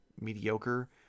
mediocre